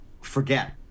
forget